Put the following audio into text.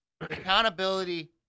Accountability